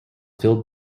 filled